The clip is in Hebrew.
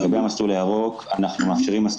לגבי המסלול הירוק שדיברתם עליו